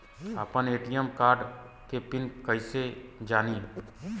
आपन ATM card के PIN कईसे जानी?